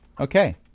Okay